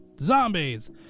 Zombies